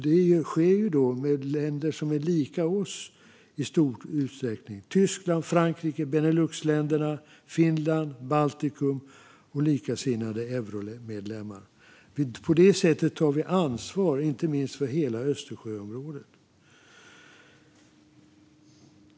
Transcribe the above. Det sker då med länder som i stor utsträckning är lika oss: Tyskland, Frankrike, Beneluxländerna, Finland, Baltikum och likasinnade euromedlemmar. På det sättet tar vi ansvar, inte minst för hela Östersjöområdet.